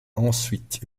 ensuite